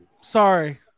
sorry